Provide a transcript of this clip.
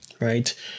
right